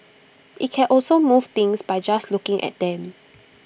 IT can also move things by just looking at them